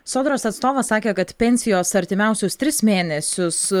sodros atstovas sakė kad pensijos artimiausius tris mėnesius